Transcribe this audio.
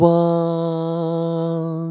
one